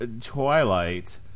Twilight